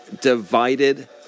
divided